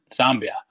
Zambia